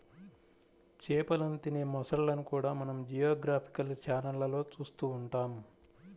చేపలను తినే మొసళ్ళను కూడా మనం జియోగ్రాఫికల్ ఛానళ్లలో చూస్తూ ఉంటాం